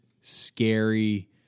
scary